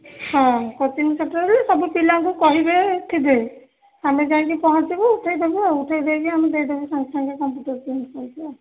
ହଁ କୋଚିଙ୍ଗ୍ ସେଣ୍ଟର୍ରେ ସବୁ ପିଲାଙ୍କୁ କହିବେ ଥିବେ ଆମେ ଯାଇକି ପହଁଞ୍ଚିବୁ ଉଠାଇ ଦେବୁ ଉଠାଇକରି ଆମେ ଦେଇ ଦେବୁ ସାଙ୍ଗେ ସାଙ୍ଗେ କମ୍ପୁଟର୍ ପ୍ରିଣ୍ଟ୍ କରିକି ଆଉ